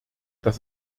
das